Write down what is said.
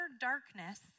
darkness